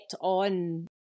on